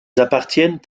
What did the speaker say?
appartiennent